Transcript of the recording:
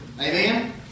Amen